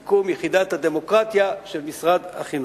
למשל מיקום יחידת הדמוקרטיה של משרד החינוך.